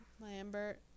lambert